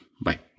Bye